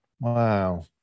Wow